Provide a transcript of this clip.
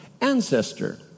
ancestor